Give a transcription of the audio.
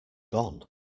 gone